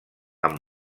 amb